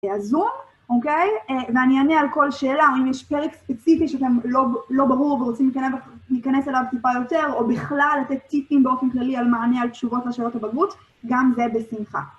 זום, אוקיי? ואני אענה על כל שאלה, או אם יש פרק ספציפי שאתם לא ברור ורוצים להיכנס אליו טיפה יותר, או בכלל לתת טיפים באופן כללי על מענה על תשובות לשאלות הבגרות, גם זה בשמחה.